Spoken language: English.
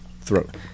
Throat